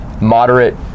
moderate